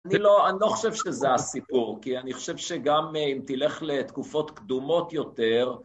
אני לא חושב שזה הסיפור, כי אני חושב שגם אם תלך לתקופות קדומות יותר